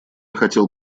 хотел